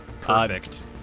Perfect